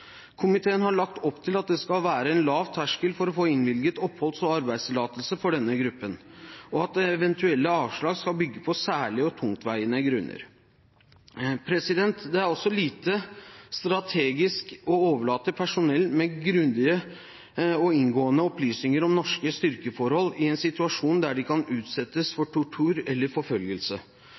Komiteen har lagt opp til at det skal være en lav terskel for å få innvilget oppholds- og arbeidstillatelse for denne gruppen, og at eventuelle avslag skal bygge på særlige og tungtveiende grunner. Det er også lite strategisk å overlate personell med grundige og inngående opplysninger om norske styrkeforhold i en situasjon der de kan utsettes for tortur eller forfølgelse.